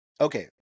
Okay